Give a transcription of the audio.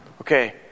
okay